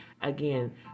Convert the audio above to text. Again